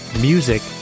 music